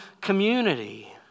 community